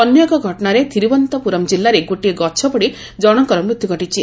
ଅନ୍ୟ ଏକ ଘଟଶାରେ ଥିରୁବନନ୍ତପୁରମ୍ କିଲ୍ଲାରେ ଗୋଟିଏ ଗଛ ପଡ଼ି ଜଣଙ୍କର ମୃତ୍ୟୁ ଘଟିଛି